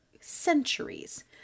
centuries